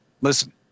Listen